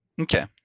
Okay